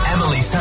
Emily